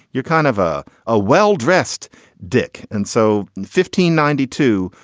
you're kind of a a well-dressed dick. and so fifteen, ninety two,